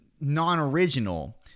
non-original